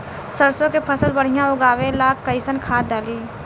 सरसों के फसल बढ़िया उगावे ला कैसन खाद डाली?